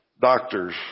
doctors